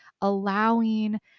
allowing